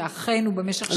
שאכן במשך שנים,